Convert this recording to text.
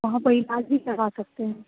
वहाँ पर इलाज़ भी करवा सकते हैं